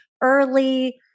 early